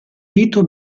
rito